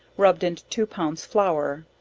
rubbed into two pounds flour,